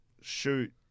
shoot